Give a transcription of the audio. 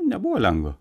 nebuvo lengva